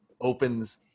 opens